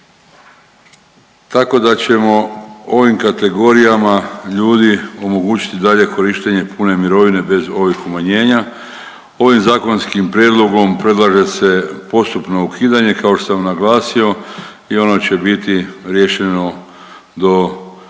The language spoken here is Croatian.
Tako da ćemo ovim kategorijama ljudi omogućiti dalje korištenje pune mirovine bez ovih umanjenja. Ovim zakonskim prijedlogom predlaže se postupno ukidanje kao što sam naglasio i ono će biti riješeno do